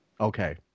Okay